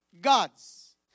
gods